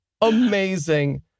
amazing